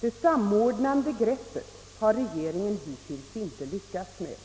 Det samordnande greppet har regeringen hittills inte lyckats med.